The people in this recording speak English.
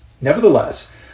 Nevertheless